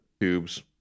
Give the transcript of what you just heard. tubes